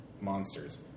monsters